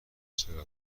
چقدر